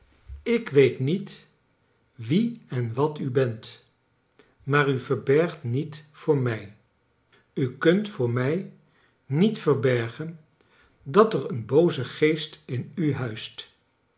ik weet met wie en wat u bent maar u verbergt niet voor mij u kunt voor mij niet verbergen dat er een booze geest in u huist